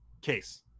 case